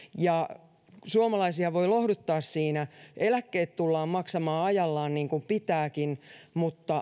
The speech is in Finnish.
suomalaisia voi lohduttaa niin että eläkkeet tullaan maksamaan ajallaan niin kun pitääkin mutta